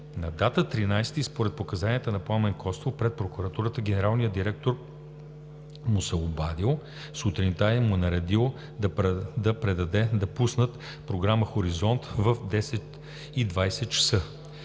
На дата 13-и според показанията на Пламен Костов пред прокуратурата генералният директор му се е обадил сутринта и му е наредил да предаде да пуснат програма „Хоризонт“ в 10,20 ч.